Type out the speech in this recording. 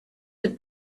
had